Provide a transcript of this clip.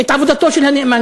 את עבודתו של הנאמן,